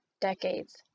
decades